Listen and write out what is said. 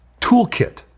toolkit